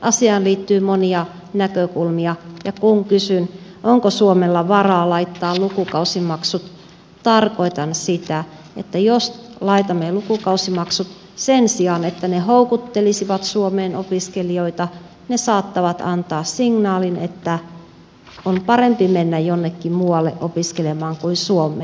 asiaan liittyy monia näkökulmia ja kun kysyn onko suomella varaa laittaa lukukausimaksut tarkoitan sitä että jos laitamme lukukausimaksut niin sen sijaan että ne houkuttelisivat suomeen opiskelijoita ne saattavat antaa signaalin että on parempi mennä jonnekin muualle opiskelemaan kuin suomeen